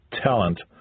talent